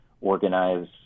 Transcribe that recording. organize